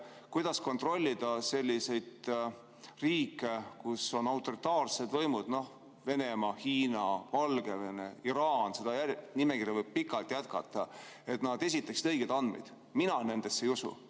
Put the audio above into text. kuidas kontrollida selliseid riike, kus on autoritaarne võim, näiteks Venemaa, Hiina, Valgevene, Iraan – seda nimekirja võib pikalt jätkata –, et nad esitaksid õiged andmed. Mina nendesse ei usu